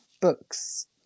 books